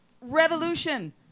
revolution